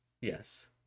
Yes